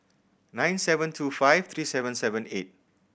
nine seven two five three seven seven eight